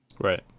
Right